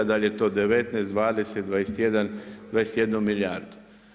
Da li je to 19, 20, 21 milijardu.